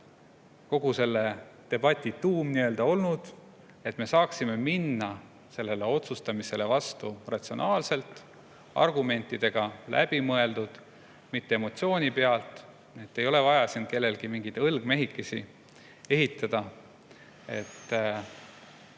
kogu selle debati tuum, et me saaksime minna otsustamisele vastu ratsionaalselt, argumentidega, läbimõeldult, mitte emotsiooni pealt. Ei ole vaja siin kellelgi mingeid õlgmehikesi ehitada.